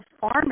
farming